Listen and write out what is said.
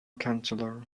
chancellor